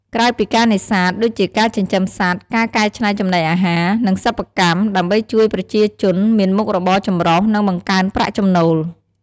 ក្រៅពីការនេសាទ ដូចជាការចិញ្ចឹមសត្វ ការកែច្នៃចំណីអាហារ និងសិប្បកម្ម ដើម្បីជួយប្រជាជនមានមុខរបរចម្រុះ និងបង្កើនប្រាក់ចំណូល។